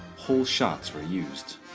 whole shots were used.